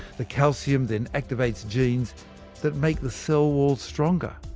the calcium then activates genes that make the cell walls stronger,